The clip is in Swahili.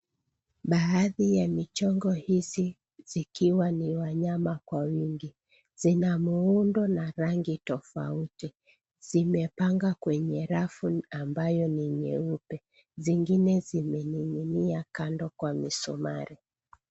Baadhi ya michongo hizi, zikiwa ni wanyama kwa wingi, zina muundo na rangi tofauti. Zimepangwa kwenye rafu ambayo ni nyeupe, zingine zimenining'inia kando kwa misumari.